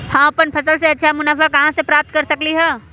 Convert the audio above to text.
हम अपन फसल से अच्छा मुनाफा कहाँ से प्राप्त कर सकलियै ह?